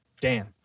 Dan